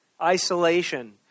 Isolation